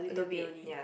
a little bit ya